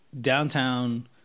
downtown